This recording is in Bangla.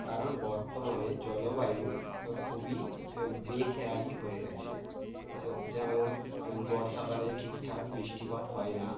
কারণ বর্তমানে জলবায়ু খুবই বেখেয়ালি হয়ে গেছে তা যেমন বর্ষাকালে ঠিকঠাক বৃষ্টিপাত হয় না